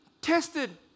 tested